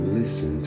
Listen